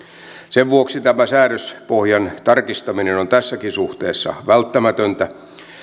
sen vuoksi tämä säädöspohjan tarkistaminen on tässäkin suhteessa välttämätöntä